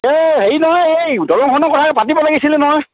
এই হেৰি নহয় এই দলংখনৰ কথাটো পাতিব লাগিছিলে নহয়